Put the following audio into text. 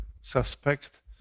suspect